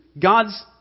God's